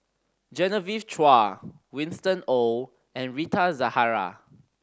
Genevieve Chua Winston Oh and Rita Zahara